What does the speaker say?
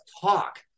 talk